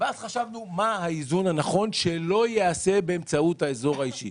אז חשבנו מה האיזון הנכון שלא ייעשה באמצעות האזור האישי.